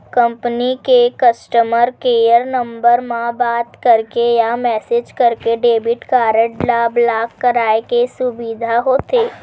company के customer care number म बात करके या मेसेज करके डेबिट कारड ल ब्लॉक कराए के सुबिधा होथे